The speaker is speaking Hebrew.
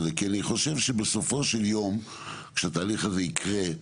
כי אני חושב שבסופו של יום כשהתהליך הזה יקרה,